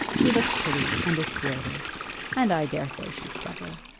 she looks pretty, and is spirited and i daresay she's clever.